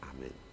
Amen